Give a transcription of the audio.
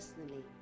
personally